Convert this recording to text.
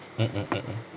mm mm mm mm